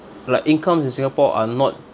like incomes in singapore are not